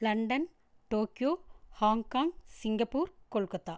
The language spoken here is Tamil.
London Tokyo Hong Kong Singapore Kolkata